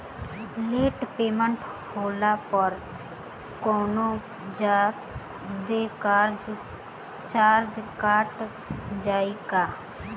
Late payment होला पर कौनोजादे चार्ज कट जायी का?